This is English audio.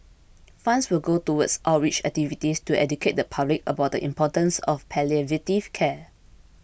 funds will go towards outreach activities to educate the public about the importance of palliative care